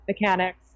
mechanics